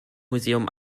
museum